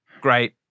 Great